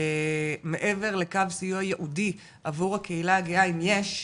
מעבר לקו סיוע ייעודי עבור הקהילה הגאה אם יש,